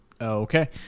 Okay